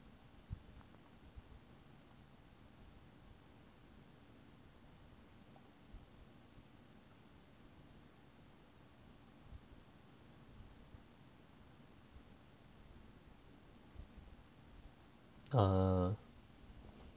err